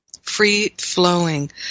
free-flowing